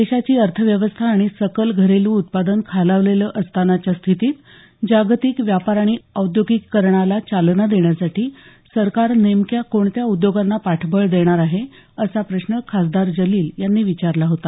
देशाची अर्थव्यवस्था आणि सकल घरेलू उत्पादन खालावलेलं असतानाच्या स्थितीत जागतिक व्यापार आणि औद्योगिकीकरणाला चालना देण्यासाठी सरकार नेमक्या कोणत्या उद्योगांना पाठबळ देणार आहे असा प्रश्न खासदार जलील यांनी विचारला होता